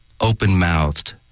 open-mouthed